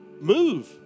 move